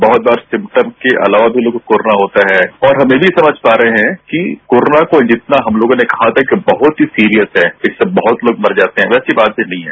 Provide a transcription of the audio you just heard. बहुत बार सिम्टम्स के अलावा भी लोगों को कोरोना होता है और हम यह भी समझ पा रहे हैं कि कोरोना को हमलोगों ने बहुत घातक सीरियस है इससे बहुत लोग मर जाते हैं वैसी बात नहीं हैं